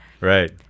right